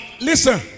listen